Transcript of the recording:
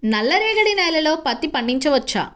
నల్ల రేగడి నేలలో పత్తి పండించవచ్చా?